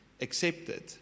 accepted